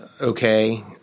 okay